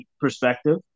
perspective